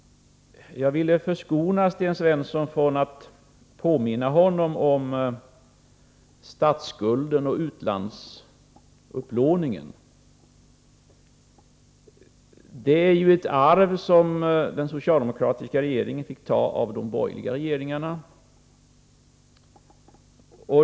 Jag ville förskona Sten Svensson från att bli påmind om statsskulden och utlandsupplåningen. Det är ju ett arv som den socialdemokratiska regeringen fått av de borgerliga regeringarna.